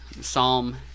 Psalm